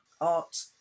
art